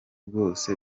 bwose